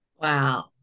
Wow